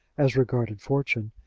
as regarded fortune,